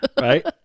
right